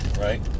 Right